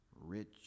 rich